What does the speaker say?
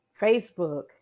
Facebook